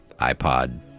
iPod